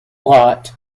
lott